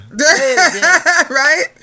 Right